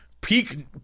peak